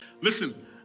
Listen